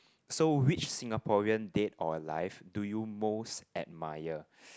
so which Singaporean dead or alive do you most admire